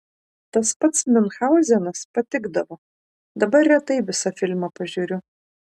tas pats miunchauzenas patikdavo dabar retai visą filmą pažiūriu